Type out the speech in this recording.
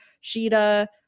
Sheeta